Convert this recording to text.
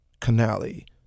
Canali